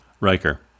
Riker